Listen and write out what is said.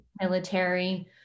military